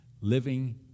living